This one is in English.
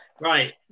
Right